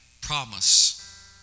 promise